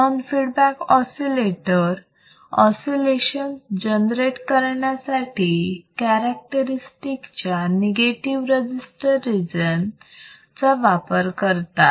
non feedback oscillator oscillations generate करण्यासाठी characteristic च्या negative register region चा वापर करतात